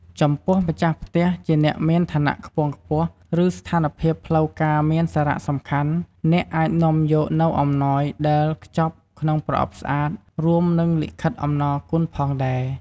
ចំពោះម្ចាស់ផ្ទះជាអ្នកមានឋានៈខ្ពង់ខ្ពស់ ឬស្ថានភាពផ្លូវការមានសារៈសំខាន់ អ្នកអាចនាំយកនូវអំណោយដែលខ្ចប់ក្នុងប្រអប់ស្អាត រួមនិងលិខិតអំណរគុណផងដែរ។